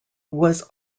was